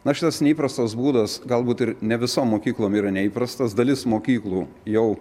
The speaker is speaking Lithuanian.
nors šitas neįprastas būdas galbūt ir ne visom mokyklom yra neįprastas dalis mokyklų jau